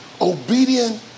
obedient